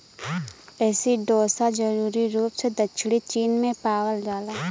एसिडोसा जरूरी रूप से दक्षिणी चीन में पावल जाला